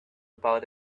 about